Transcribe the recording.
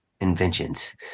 inventions